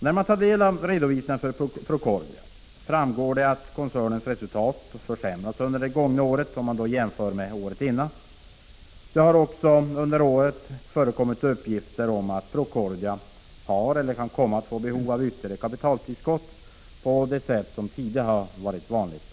När man tar del av redovisningen för Procordia framgår det att koncernens resultat försämrats under det gångna året jämfört med året innan. Det har under året också förekommit uppgifter om att Procordia har eller kan komma att få behov av ytterligare kapitaltillskott på det sätt som tidigare har varit vanligt.